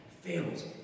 fails